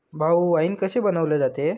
भाऊ, वाइन कसे बनवले जाते?